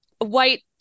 white